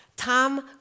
Tom